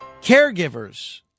Caregivers